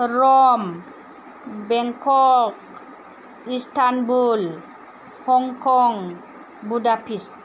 Rome Bangkok Istanbul Hong Kong Budapest